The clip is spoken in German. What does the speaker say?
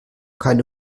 keine